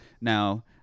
Now